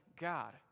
God